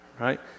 right